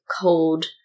cold